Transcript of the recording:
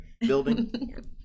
building